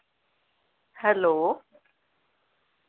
hello